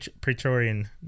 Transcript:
Praetorian